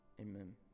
Amen